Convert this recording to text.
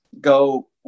go